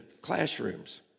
classrooms